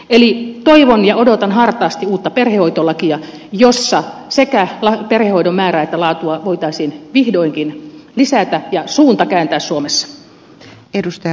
eli toivon ja odotan hartaasti uutta perhehoitolakia jossa sekä perhehoidon määrää että laatua voitaisiin vihdoinkin lisätä ja suunta kääntää suomessa